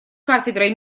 кафедрой